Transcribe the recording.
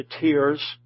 tears